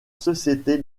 société